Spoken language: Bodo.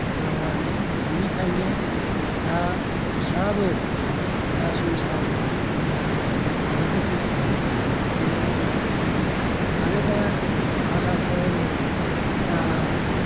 जाबाय बेनिखायनो दा बिसोरहाबो दा संसार जानाय बेलायाव आलो गोजोन जाहैगोन बायदि आं सानो आरो दा माखासे नै